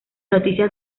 noticias